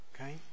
Okay